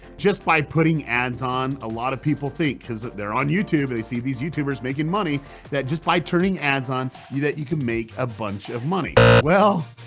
just by putting ads on, a lot of people think, cause they're on youtube, they see these youtubers making money that just by turning ads on that you can make a bunch of money. well,